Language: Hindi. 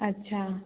अच्छा